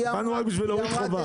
באנו רק בשביל להוריד את החובה.